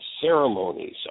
ceremonies